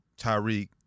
Tyreek